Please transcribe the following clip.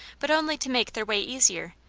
but only to make their way easier.